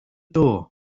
door